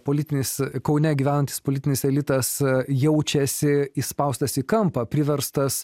politinis kaune gyvenantis politinis elitas jaučiasi įspaustas į kampą priverstas